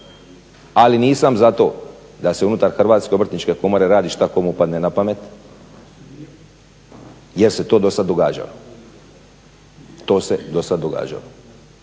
Ali, nisam za to da se unutar HOK-a radi što kome padne na pamet jer se to dosad događalo. To se dosad događalo.